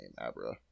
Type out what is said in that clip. Abra